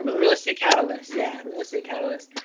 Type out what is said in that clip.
real estate catalyst, yeah, real estate catalyst,